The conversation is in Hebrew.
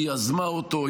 היא יזמה אותו,